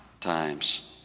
times